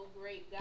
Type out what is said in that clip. great